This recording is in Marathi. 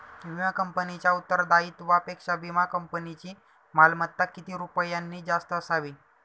विमा कंपनीच्या उत्तरदायित्वापेक्षा विमा कंपनीची मालमत्ता किती रुपयांनी जास्त असावी?